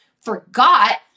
forgot